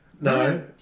No